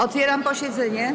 Otwieram posiedzenie.